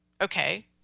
Okay